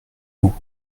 vous